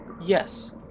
Yes